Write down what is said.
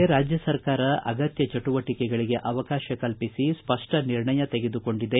ಈಗಾಗಲೇ ರಾಜ್ಯ ಸರ್ಕಾರ ಅಗತ್ಯ ಚಟುವಟಿಕೆಗಳಿಗೆ ಅವಕಾಶ ಕಲ್ಪಿಸಿ ಸ್ಪಷ್ಟವಾದ ನಿರ್ಣಯ ತೆಗೆದುಕೊಂಡಿದೆ